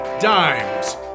Dimes